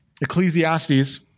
Ecclesiastes